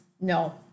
No